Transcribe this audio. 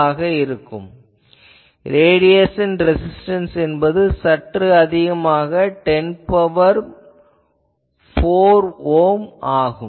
ஆகவே radiation resistance என்பது சற்று அதிகமாக 10 ன் பவர் 4 ஓம் ஆகும்